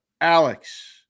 Alex